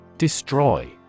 Destroy